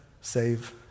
save